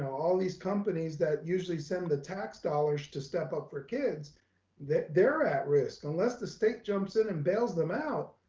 all these companies that usually send the tax dollars to step up for kids that they're at risk, unless the state jumps in and bails them out.